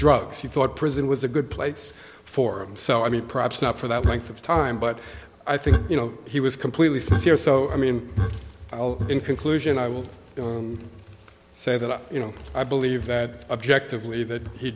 drugs he thought prison was a good place for him so i mean perhaps not for that length of time but i think you know he was completely sincere so i mean in conclusion i will say that you know i believe that objectively that he